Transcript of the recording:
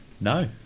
No